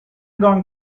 going